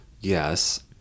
Yes